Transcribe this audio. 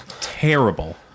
terrible